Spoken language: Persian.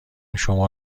شما